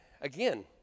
again